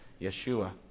Yeshua